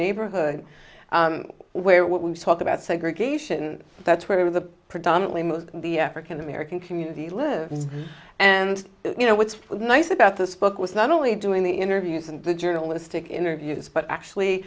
neighborhood where what we talk about segregation that's where the predominantly most of the african american community lives and you know what's nice about this book was not only doing the interviews and the journalistic interviews but actually